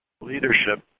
leadership